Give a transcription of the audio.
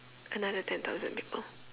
another ten thousand people